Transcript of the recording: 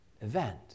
event